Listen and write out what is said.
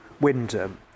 Windham